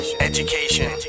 education